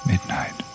Midnight